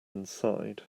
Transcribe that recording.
inside